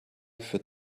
für